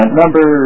number